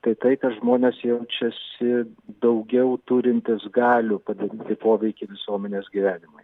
tai tai kad žmonės jaučiasi daugiau turintys galių padidinti poveikį visuomenės gyvenimui